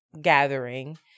gathering